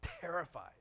terrified